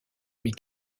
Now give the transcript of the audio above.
mais